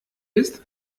ist